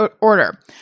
order